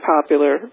popular